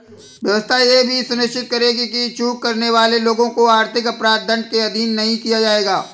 व्यवस्था यह भी सुनिश्चित करेगी कि चूक करने वाले लोगों को आर्थिक अपराध दंड के अधीन नहीं किया जाएगा